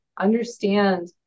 understand